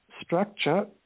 structure